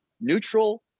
neutral